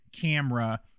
camera